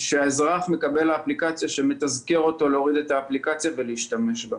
שהאזרח יקבל שמתזכרים אותו להוריד את האפליקציה ולהשתמש בה.